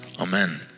Amen